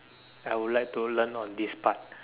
I would like to learn on this part